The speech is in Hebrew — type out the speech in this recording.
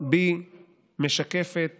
בי משקפת